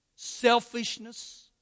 selfishness